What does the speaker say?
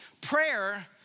Prayer